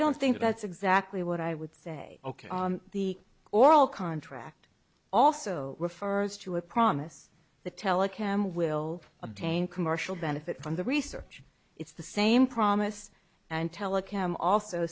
don't think that's exactly what i would say ok the oral contract also refers to a promise the telecom will obtain commercial benefit from the research it's the same promise and telecom also